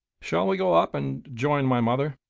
shall we go up and join my mother?